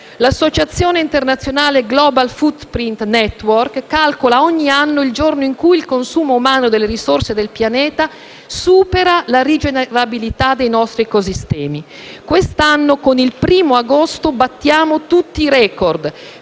L'associazione internazionale Global Footprint Network calcola ogni anno il giorno in cui il consumo umano delle risorse del pianeta supera la rigenerabilità dei nostri ecosistemi. Quest'anno, con il 1º agosto, battiamo tutti i *record*,